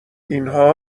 اینها